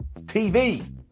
TV